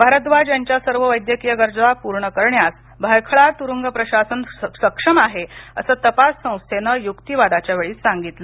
भारद्वाज यांच्या सर्व वैद्यकीय गरजा पूर्ण करण्यास भायखळा तुरुंग प्रशासन सक्षम आहे असं तपास संस्थेनं युक्तीवादावेळी सांगितलं